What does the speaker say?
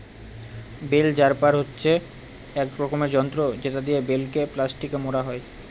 bell wrapper হচ্ছে এক রকমের যন্ত্র যেটা দিয়ে বেল কে প্লাস্টিকে মোড়া হয়